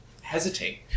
hesitate